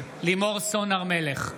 נגד לימור סון הר מלך,